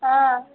ಹಾಂ